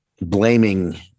blaming